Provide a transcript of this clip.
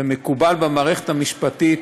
ומקובל במערכת המשפטית,